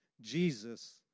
Jesus